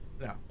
No